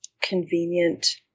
convenient